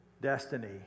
destiny